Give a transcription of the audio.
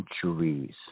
centuries